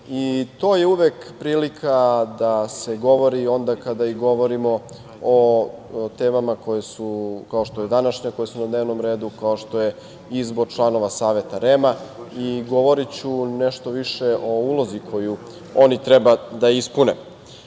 je uvek prilika da se govori onda kada i govorimo o temama kao što je današnja, koje su na dnevnom redu, kao što je izbor članova Saveta REM-a. Govoriću nešto više o ulozi koju oni treba da ispune. Pre